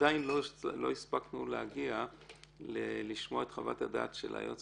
עדיין לא הספקנו להגיע לשמוע את חוות הדעת של היועץ